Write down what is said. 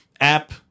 app